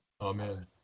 Amen